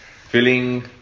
Feeling